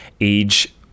age